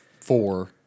four